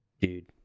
Dude